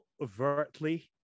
overtly